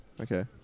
okay